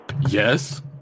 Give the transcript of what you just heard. Yes